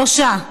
שלושה,